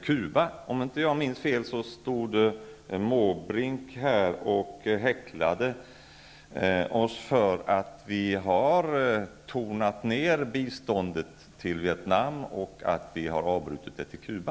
Om jag inte minns fel stod Måbrink tidigare här och häcklade oss för att vi har tonat ner biståndet till Vietnam och avbrutit biståndet till Cuba.